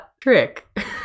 trick